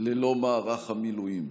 ללא מערך המילואים.